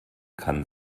kann